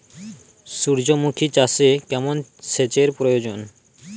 সূর্যমুখি চাষে কেমন সেচের প্রয়োজন?